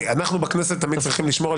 אנחנו בכנסת תמיד צריכים לשמור על